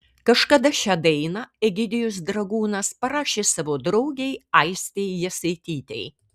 kažkada šią dainą egidijus dragūnas parašė savo draugei aistei jasaitytei